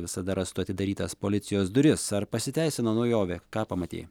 visada rastų atidarytas policijos duris ar pasiteisino naujovė ką pamatei